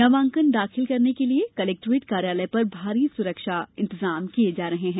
नामांकन दाखिले के लिए कलेक्टोरेट कार्यालय पर भारी सुरक्षा इंतजाम किये जा रहे हैं